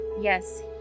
yes